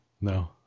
no